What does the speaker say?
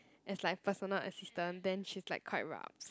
as like personal assistant then she's like quite rabz